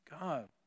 God